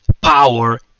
power